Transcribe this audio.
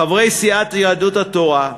חברי סיעת יהדות התורה,